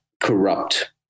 corrupt